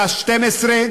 7 בדצמבר,